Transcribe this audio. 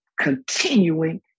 Continuing